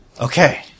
Okay